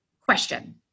Question